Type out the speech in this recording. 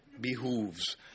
Behooves